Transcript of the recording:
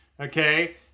Okay